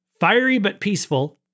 fierybutpeaceful